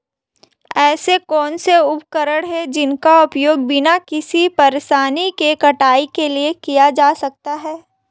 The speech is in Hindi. ऐसे कौनसे उपकरण हैं जिनका उपयोग बिना किसी परेशानी के कटाई के लिए किया जा सकता है?